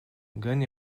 gan